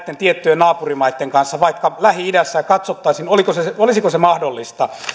näitten tiettyjen naapurimaitten kanssa vaikka lähi idässä ja katsottaisiin olisiko se mahdollista